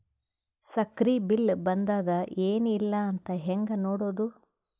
ಸಕ್ರಿ ಬಿಲ್ ಬಂದಾದ ಏನ್ ಇಲ್ಲ ಅಂತ ಹೆಂಗ್ ನೋಡುದು?